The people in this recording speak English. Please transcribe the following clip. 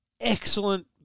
excellent